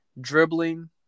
dribbling